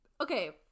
Okay